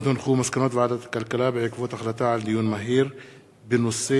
מסקנות ועדת הכלכלה בעקבות דיון מהיר בנושא: